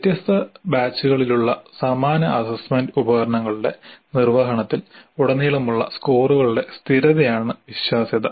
വ്യത്യസ്ത ബാച്ചുകളിലുള്ള സമാന അസ്സസ്സ്മെന്റ് ഉപകരണങ്ങളുടെ നിർവ്വഹണത്തിൽ ഉടനീളമുള്ള സ്കോറുകളുടെ സ്ഥിരതയാണ് വിശ്വാസ്യത